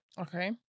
okay